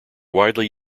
widely